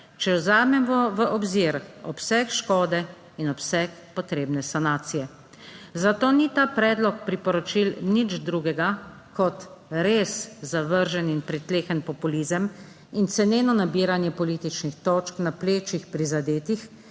če vzamemo v obzir obseg škode in obseg potrebne sanacije. Zato ni ta predlog priporočil nič drugega kot res zavržen in pritlehen populizem in ceneno nabiranje političnih točk na plečih prizadetih